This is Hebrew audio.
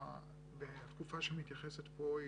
התקופה שמתייחסת פה,